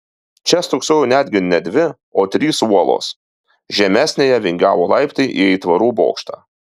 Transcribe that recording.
čia stūksojo netgi ne dvi o trys uolos žemesniąja vingiavo laiptai į aitvarų bokštą